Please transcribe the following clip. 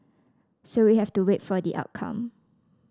so we have to wait for the outcome